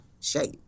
shape